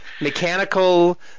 Mechanical